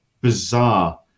bizarre